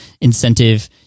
incentive